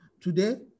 today